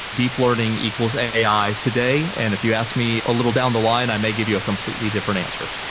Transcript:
deep learning equals ai today, and if you asked me a little down the line, i may give you a completely different answer.